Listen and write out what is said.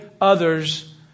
others